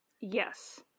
Yes